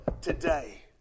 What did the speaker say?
today